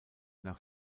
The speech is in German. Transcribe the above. nach